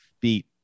beat